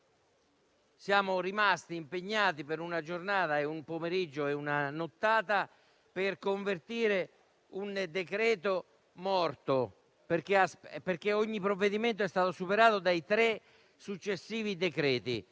Siamo rimasti impegnati, per una giornata, un pomeriggio e una nottata, per convertire un decreto-legge morto, perché ogni provvedimento è stato superato dai tre successivi decreti.